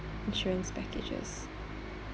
insurance packages